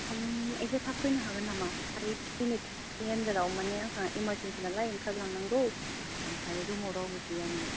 ओम इसे थाब फैनो हागोन नामा माने बेलेगनि आन्दाराव माने आंहा इमारजेन्सि नालाय ओंखारलांनांगौ ओमफ्राय रुमाव रावबो गैयामोन